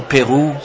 Peru